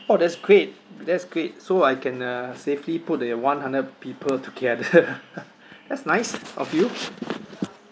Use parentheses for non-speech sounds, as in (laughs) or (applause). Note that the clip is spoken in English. oh that's great that's great so I can uh safely put the one hundred people together (laughs) that's nice of you